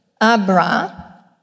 Abra